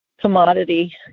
commodity